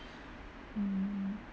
mm